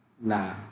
Nah